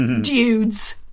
dudes